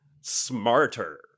smarter